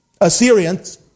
Assyrians